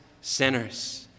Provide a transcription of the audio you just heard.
sinners